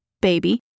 baby